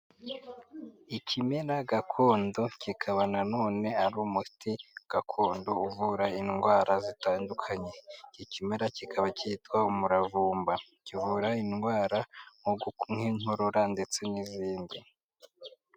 Ikimera gakondo kikaba nanone ari umuti gakondo uvura indwara zitandukanye, iki kimera kikaba cyitwa umuravumba kivura indwara nk'inkorora ndetse n'izindi.